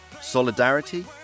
Solidarity